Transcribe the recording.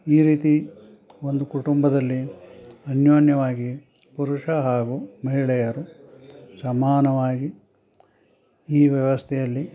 ಈ ರೀತಿ ಒಂದು ಕುಟುಂಬದಲ್ಲಿ ಅನ್ಯೋನ್ಯವಾಗಿ ಪುರುಷ ಹಾಗೂ ಮಹಿಳೆಯರು ಸಮಾನವಾಗಿ ಈ ವ್ಯವಸ್ಥೆಯಲ್ಲಿ